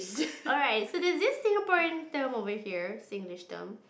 alright so there's this Singaporean term over here Singlish term